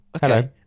Hello